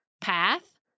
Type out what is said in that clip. path